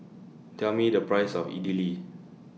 Tell Me The Price of Idili